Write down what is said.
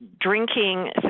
drinking